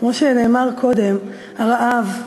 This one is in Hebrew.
כמו שנאמר קודם, הרעב,